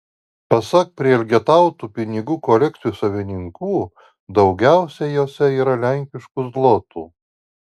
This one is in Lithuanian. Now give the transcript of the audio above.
pasak prielgetautų pinigų kolekcijų savininkų daugiausiai jose yra lenkiškų zlotų